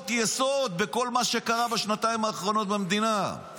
יסוד בכל מה שקרה בשנתיים האחרונות במדינה.